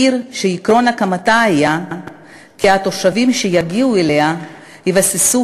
עיר שעקרון הקמתה היה שהתושבים שיגיעו אליה יבססו